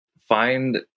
find